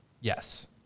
Yes